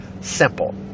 simple